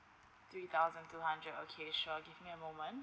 two thousand three hunderd okay sure give me a moment